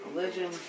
Religion